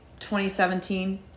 2017